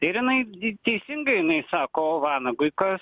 ir inai teisingai inai sako vanagui kas